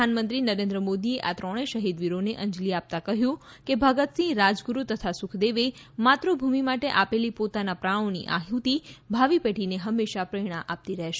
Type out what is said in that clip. પ્રધાનમંત્રી નરેન્દ્ર મોદીએ આ ત્રણેય શહિદવીરોને અંજલી આપતા કહયું છે કે ભગતસિંહ રાજગુરૂ તથા સુખદેવે માતૃભૂમિ માટે આપેલી પોતાના પ્રાણોની આહ્રતિ ભાવિ પેઢીને હંમેશા પ્રેરણા આપતી રહેશે